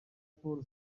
paul